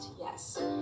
Yes